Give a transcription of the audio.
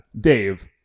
Dave